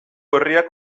herriak